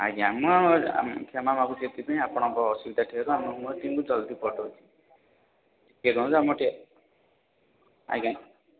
ଆଜ୍ଞା ଆମ ଆମେ କ୍ଷମା ମାଗୁଛୁ ଏଇଥିପାଇଁ ଆପଣଙ୍କ ଅସୁବିଧା ଥିବାରୁ ଆମକୁ ନୂଆ ଟିମ୍କୁ ଜଲଦି ପଠାଉଛି ଟିକେ ରୁହନ୍ତୁ ଆମର ଟିକେ ଆଜ୍ଞା